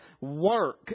work